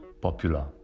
popular